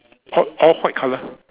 all all white colour